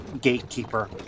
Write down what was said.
gatekeeper